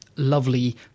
Lovely